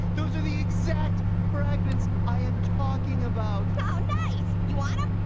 those are the exact fragments i am talking about. oh, nice. you want em?